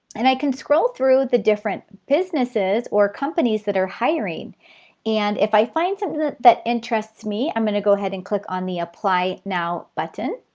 and i can scroll through the different businesses or companies that are hiring and if i find something that interests me i'm going to go ahead and click on the apply now button.